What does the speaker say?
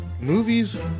Movies